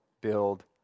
build